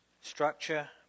Structure